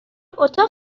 اتاق